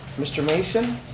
mr. mason?